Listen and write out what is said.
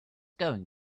going